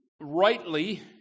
rightly